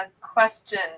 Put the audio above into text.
question